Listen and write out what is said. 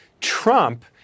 Trump